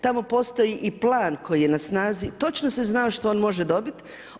Tamo postoji i plan koji je na snazi, točno se zna, što on može dobiti.